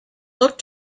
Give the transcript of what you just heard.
looked